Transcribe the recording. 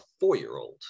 four-year-old